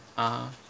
(uh huh)